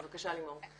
בבקשה לימור.